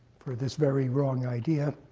this very wrong idea,